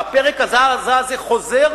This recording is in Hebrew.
והפרק הרע הזה חוזר,